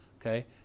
okay